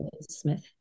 Smith